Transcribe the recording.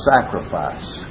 sacrifice